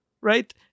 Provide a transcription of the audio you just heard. Right